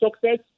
success